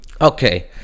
Okay